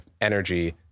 energy